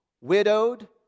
widowed